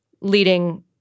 leading –